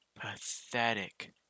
pathetic